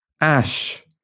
Ash